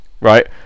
Right